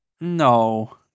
No